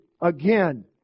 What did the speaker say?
again